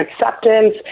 acceptance